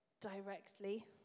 directly